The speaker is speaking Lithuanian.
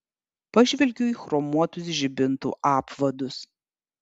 pažvelgiau į chromuotus žibintų apvadus